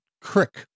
crick